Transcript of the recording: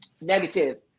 Negative